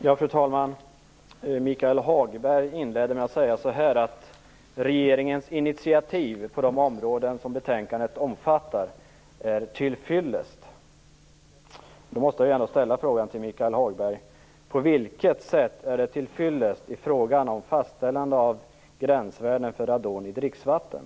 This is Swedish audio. Fru talman! Michael Hagberg inledde med att säga att regeringens initiativ på de områden som betänkandet omfattar är till fyllest. Då måste jag ställa frågan till Michael Hagberg: På vilket sätt är det till fyllest i fråga om fastställande av gränsvärden för radon i dricksvatten?